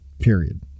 Period